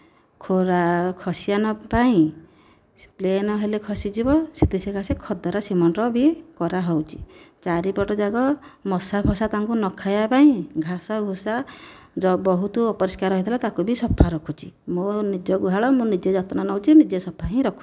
ଖୁରା ଖାସିଆଁନ ପାଇଁ ପ୍ଲେନ୍ ହେଲେ ସେ ଖସିଯିବ ସେତେ ଶୀଘ୍ର ସେ ଖଦଡ଼ା ସିମେଣ୍ଟର ବି କରା ହେଉଛି ଚାରିପଟ ଯାକ ମାସ ଫସା ତାଙ୍କୁ ନ ଖାଇବା ପାଇଁ ଘାସ ଘୁସ ବହୁତ ଅପରିଷ୍କାର ହୋଇଥିଲା ତାକୁ ବି ସଫା ରଖୁଛି ମୋ ନିଜ ଗୁହାଳ ମୁଁ ନିଜେ ଯତ୍ନ ନେଉଛି ନିଜେ ହିଁ ସଫା ରଖୁଛି